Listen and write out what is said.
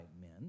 men